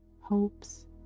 hopes